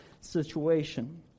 situation